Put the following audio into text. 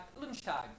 lunchtime